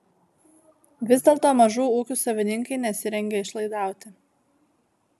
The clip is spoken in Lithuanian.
vis dėlto mažų ūkių savininkai nesirengia išlaidauti